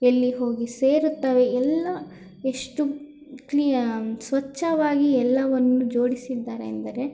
ಎಲ್ಲಿ ಹೋಗಿ ಸೇರುತ್ತವೆ ಎಲ್ಲ ಎಷ್ಟು ಕ್ಲೀ ಸ್ವಚ್ಛವಾಗಿ ಎಲ್ಲವನ್ನೂ ಜೋಡಿಸಿದ್ದಾರೆ ಎಂದರೆ